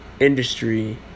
Industry